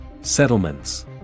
Settlements